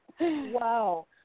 Wow